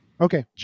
Okay